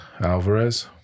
Alvarez